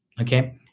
okay